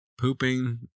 Pooping